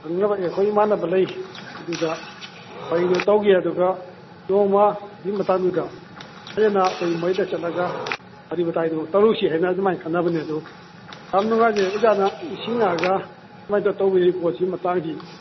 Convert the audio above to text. ꯈꯪꯅꯕ ꯑꯦ ꯑꯩꯈꯣꯏ ꯏꯃꯥꯟꯅꯕ ꯂꯩ ꯑꯗꯨꯗ ꯋꯥꯔꯤꯗꯣ ꯇꯧꯒꯦ ꯑꯗꯨꯒ ꯅꯣꯡꯃ ꯑꯗꯨꯏ ꯃꯇꯥꯡꯗꯨꯗ ꯍꯦꯟꯅ ꯑꯩꯈꯣꯏ ꯃꯌꯨꯝꯗ ꯆꯠꯂꯒ ꯋꯥꯔꯤ ꯋꯥꯇꯥꯏꯗꯨ ꯇꯧꯔꯨꯁꯤ ꯍꯥꯏꯅ ꯑꯗꯨꯃꯥꯏꯅ ꯈꯟꯅꯕꯅꯦ ꯑꯗꯨ ꯌꯥꯝ ꯅꯨꯉꯥꯏꯖꯔꯦ ꯑꯣꯖꯥꯅ ꯅꯤꯡꯁꯤꯡꯉꯥꯛꯑꯒ ꯁꯨꯃꯥꯏꯅ ꯇꯧꯕꯤꯔꯤ ꯄꯣꯠꯁꯤ ꯃꯇꯥꯡꯁꯤ